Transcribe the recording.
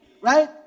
right